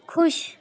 ਖੁਸ਼